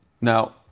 Now